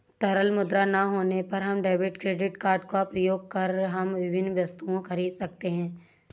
तरल मुद्रा ना होने पर हम डेबिट क्रेडिट कार्ड का प्रयोग कर हम विभिन्न वस्तुएँ खरीद सकते हैं